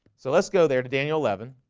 so let's go there to daniel eleven